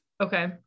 Okay